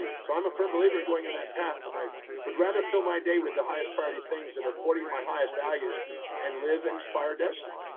so i'm a firm believer of going in that path. and i would rather fill my day with the highest priority things that are according to my highest values and live inspired destiny.